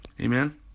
Amen